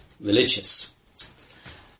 Religious